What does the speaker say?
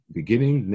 beginning